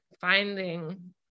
finding